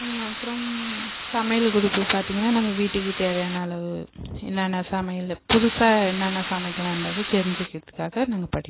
அப்றம் சமையல் குறிப்பு பார்த்தீங்கனா நம்ம வீட்டுக்கு தேவையான அளவு என்னன்ன சமையல் புதுசாக என்னன்ன சமைக்கலான்றது தெரிஞ்சுக்கிறதுக்காக நாங்கள் படிப்போம்